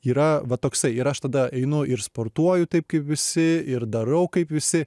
yra va toksai ir aš tada einu ir sportuoju taip kaip visi ir darau kaip visi